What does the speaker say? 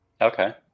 Okay